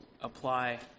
apply